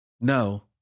no